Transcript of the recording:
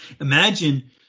Imagine